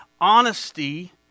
Honesty